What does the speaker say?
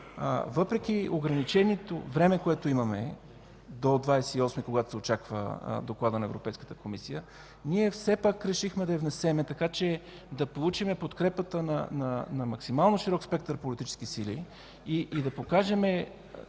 въпреки ограниченото време, което имаме – до 28-ми, когато се очаква Докладът на Европейската комисия, ние все пак решихме да я внесем, така че да получим подкрепата на максимално широк спектър политически сили и да покажем